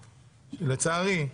לצערי,